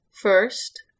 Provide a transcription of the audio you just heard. first